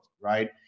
right